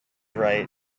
right